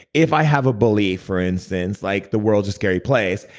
if i have a belief, for instance, like the world's a scary place,